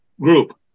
group